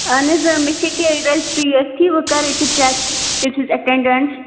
اہن حظ آ مےٚ چھِ ییٚکیاہ ریٚجِسٹری ییٚتھی بہٕ کَرٕ ییٚتھی چَک اَٹینڈینس